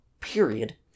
period